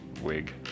Wig